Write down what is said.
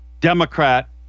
Democrat